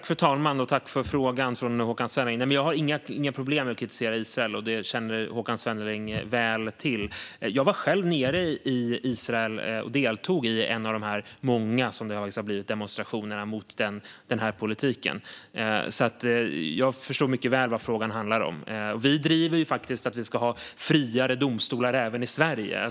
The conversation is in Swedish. Fru talman! Jag tackar för frågan från Håkan Svenneling. Jag har inga problem med att kritisera Israel, och det känner Håkan Svenneling väl till. Jag var själv nere i Israel och deltog i en av de numera många demonstrationerna mot denna politik, så jag förstår mycket väl vad frågan handlar om. Vi driver faktiskt att vi ska ha friare domstolar även i Sverige.